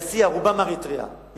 להסיע, רובם מאריתריאה.